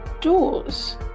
doors